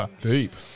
Deep